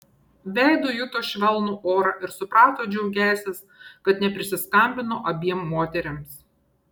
veidu juto švelnų orą ir suprato džiaugiąsis kad neprisiskambino abiem moterims